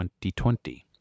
2020